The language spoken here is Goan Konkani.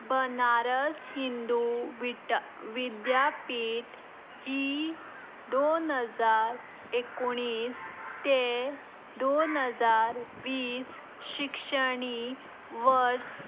बनारस हिंदू विटा विद्यापीठ ही दोन हजार एकोणीस ते दोन हजार वीस शिक्षणी वर्स